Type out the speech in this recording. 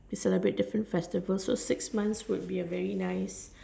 celebrate different festivals so six months would be a very nice